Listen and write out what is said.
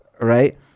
right